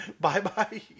Bye-bye